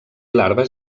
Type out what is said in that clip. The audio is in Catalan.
larves